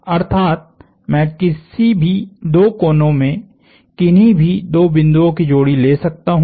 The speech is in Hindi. अर्थात् मैं किसी भी दो कोनों में किन्हीं भी बिंदुओं की जोड़ी ले सकता हूं